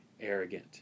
arrogant